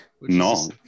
No